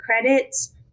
credits